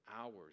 hours